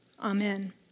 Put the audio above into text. Amen